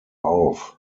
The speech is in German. auf